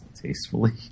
tastefully